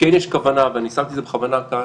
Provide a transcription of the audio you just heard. כן יש כוונה, ואני שמתי את זה בכוונה כאן